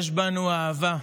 יש בנו אהבה,